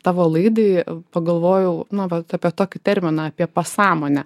tavo laidai pagalvojau nu vat apie tokį terminą apie pasąmonę